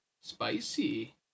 spicy